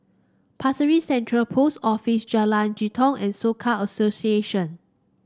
Pasir Ris Central Post Office Jalan Jitong and Soka Association